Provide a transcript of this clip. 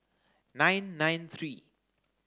nine nine three